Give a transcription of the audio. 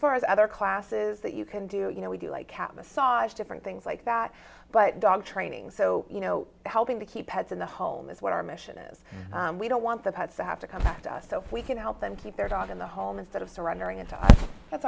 far as other classes that you can do you know we do like cat massage different things like that but dog training so you know helping to keep pets in the home is what our mission is we don't want the pets to have to come back to us so we can help them keep their dog in the home instead of surrendering and i think that's